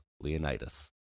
Leonidas